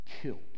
killed